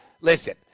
Listen